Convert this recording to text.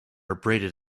abraded